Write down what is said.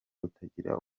utagira